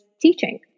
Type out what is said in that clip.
teaching